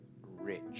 rich